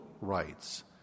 rights